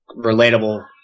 relatable